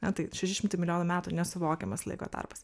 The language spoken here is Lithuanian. na tai šeši šimtai milijonų metų nesuvokiamas laiko tarpas